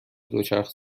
دوچرخه